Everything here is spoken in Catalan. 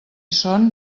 són